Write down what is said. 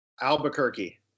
Albuquerque